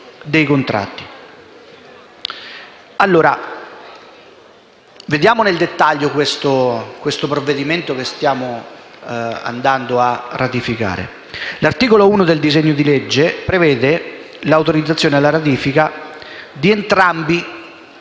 Esaminiamo nel dettaglio il provvedimento che stiamo andando a ratificare. L'articolo 1 del disegno di legge prevede l'autorizzazione alla ratifica di entrambi